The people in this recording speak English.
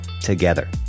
together